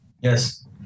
Yes